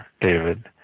David